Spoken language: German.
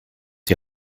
die